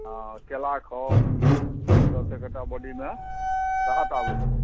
हँ केला खाउ एहि सबसे कनिटा बॉडीमे राहत आबै छै